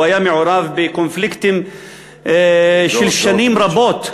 הוא היה מעורב בקונפליקטים של שנים רבות,